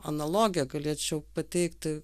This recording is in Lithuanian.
analogiją galėčiau pateikti